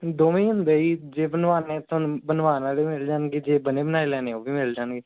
ਦੋਵੇਂ ਹੀ ਹੁੰਦੇ ਜੀ ਜੇ ਬਣਵਾਉਣੇ ਤਾਂ ਬਣਵਾਉਣ ਵਾਲੇ ਮਿਲ ਜਾਣਗੇ ਜੇ ਬਣੇ ਬਣਾਏ ਲੈਣੇ ਉਹ ਵੀ ਮਿਲ ਜਾਣਗੇ